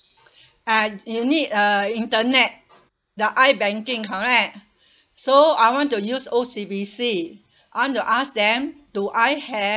and you need a internet the i-banking correct so I want to use O_C_B_C I want to ask them do I have